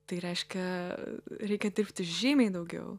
tai reiškia reikia dirbti žymiai daugiau